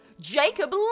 Jacob